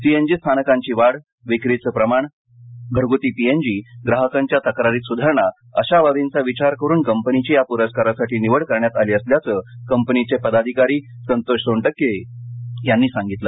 CNG स्थानकांची वाढ विक्रीचे प्रमाण वाढविणे घरगुती पीएनजी ग्राहकांच्या तक्रारीत सुधारणा अशा बाबींचा विचार करुन कंपनीची या प्रस्कारासाठी निवड करण्यात आली असल्याचं कंपनीचे पदाधिकारी संतोष सोनटक्के यांनी सांगितलं